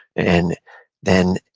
and then,